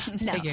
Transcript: no